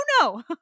no